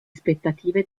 aspettative